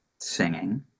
singing